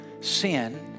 sin